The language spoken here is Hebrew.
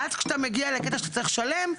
ואז כשאתה מגיע לקטע שאתה צריך לשלם,